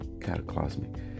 cataclysmic